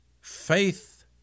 Faith